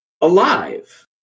alive